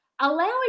allowing